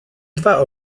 dwa